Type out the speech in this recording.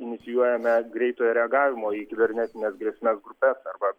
inicijuojame greitojo reagavimo į kibernetines grėsmes grupes arba